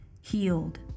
healed